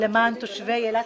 למען תושבי אילת.